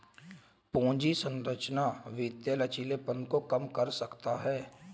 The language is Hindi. पूंजी संरचना वित्तीय लचीलेपन को कम कर सकता है